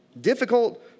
Difficult